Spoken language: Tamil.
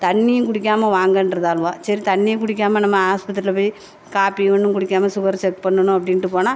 தண்ணியும் குடிக்காமல் வாங்கன்றதாளுவோ சரி தண்ணியும் குடிக்காமல் நம்ம ஹாஸ்பத்திரியில் போய் காபி ஒன்றும் குடிக்காமல் சுகரு செக் பண்ணணும் அப்படின்ட்டு போனால்